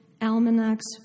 almanacs